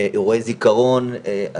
אירועי זיכרון,